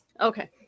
Okay